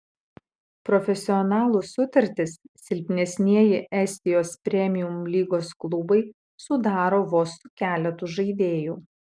profesionalų sutartis silpnesnieji estijos premium lygos klubai sudaro vos su keletu žaidėjų